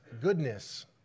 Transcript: goodness